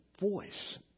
voice